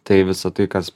tai visa tai kas